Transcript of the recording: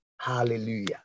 Hallelujah